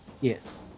yes